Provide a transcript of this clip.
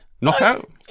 Knockout